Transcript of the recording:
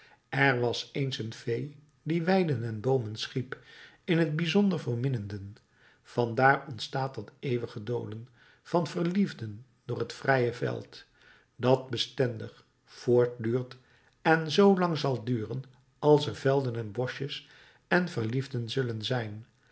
er was eens een fee die weiden en boomen schiep in t bijzonder voor minnenden vandaar ontstaat dat eeuwige dolen van verliefden door het vrije veld dat bestendig voortduurt en zoo lang zal duren als er velden en boschjes en verliefden zullen zijn